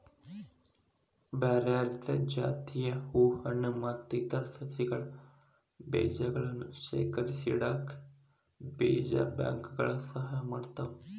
ಬ್ಯಾರ್ಬ್ಯಾರೇ ಜಾತಿಯ ಹೂ ಹಣ್ಣು ಮತ್ತ್ ಇತರ ಸಸಿಗಳ ಬೇಜಗಳನ್ನ ಶೇಖರಿಸಿಇಡಾಕ ಬೇಜ ಬ್ಯಾಂಕ್ ಗಳು ಸಹಾಯ ಮಾಡ್ತಾವ